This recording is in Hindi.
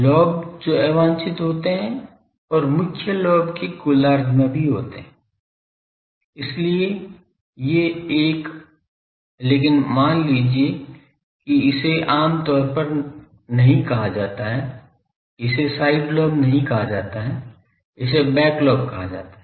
लोब जो अवांछित होते हैं और मुख्य लोब के गोलार्ध में भी होते हैं इसलिए ये एक लेकिन मान लीजिए कि इसे आम तौर पर नहीं कहा जाता है इसे साइड लोब नहीं कहा जाता है इसे बैक लोब कहा जाता है